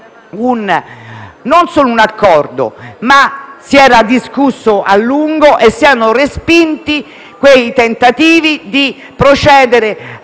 non solo un accordo, ma si era discusso a lungo e si erano respinti quei tentativi di procedere,